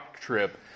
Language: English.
trip